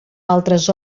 altres